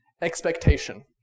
Expectation